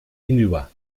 hinüber